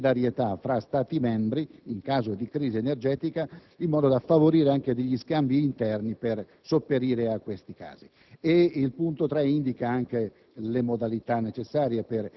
allora la realizzazione di una autentica solidarietà fra Stati membri in caso di crisi energetica in modo da favorire anche degli scambi interni per sopperire a questi casi.